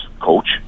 coach